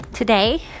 Today